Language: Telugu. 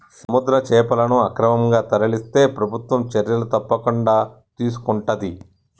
సముద్ర చేపలను అక్రమంగా తరలిస్తే ప్రభుత్వం చర్యలు తప్పకుండా తీసుకొంటది